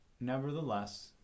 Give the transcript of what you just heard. nevertheless